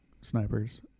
snipers